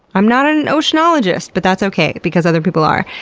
i'm not an an oceanologist! but that's okay, because other people are.